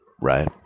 right